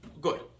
Good